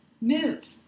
move